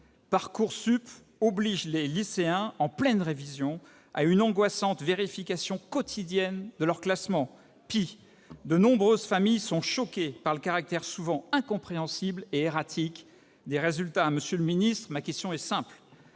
Parcoursup oblige les lycéens, en pleines révisions, à une angoissante vérification quotidienne de leurs classements. Pis, de nombreuses familles sont choquées par le caractère souvent incompréhensible et erratique des résultats. Monsieur le ministre, ma question est simple